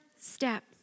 step